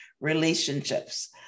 relationships